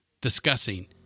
discussing